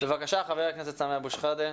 בבקשה, חבר הכנסת סמי אבו שחאדה,